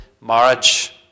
marriage